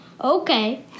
Okay